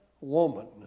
woman